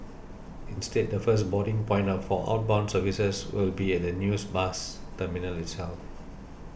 instead the first boarding point of for outbound services will be at the news bus terminal itself